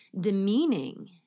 demeaning